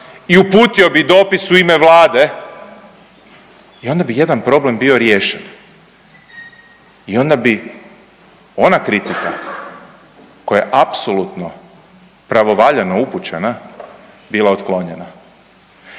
i uputio bi dopis u ime Vlade i onda bi jedan problem bio riješen i onda bi ona kritika koja je apsolutno pravovaljano upućena bila otklonjena,